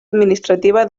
administrativa